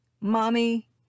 mommy